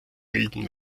milden